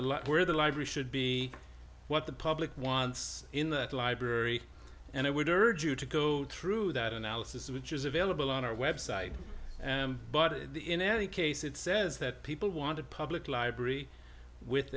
lab where the library should be what the public wants in the library and i would urge you to go through that analysis which is available on our website but in any case it says that people want a public library with